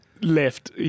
left